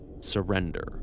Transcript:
surrender